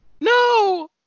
NO